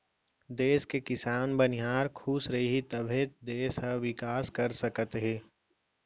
देस के किसान, बनिहार खुस रहीं तभे देस ह बिकास कर सकत हे